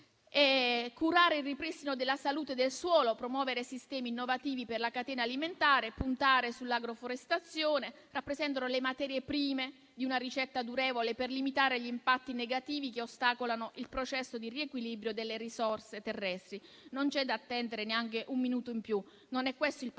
Curare il ripristino della salute del suolo, promuovere sistemi innovativi per la catena alimentare e puntare sulla agroforestazione: sono queste le materie prime di una ricetta durevole per limitare gli impatti negativi che ostacolano il processo di riequilibrio delle risorse terrestri. Non c'è da attendere neanche un minuto in più: non è questo il Paese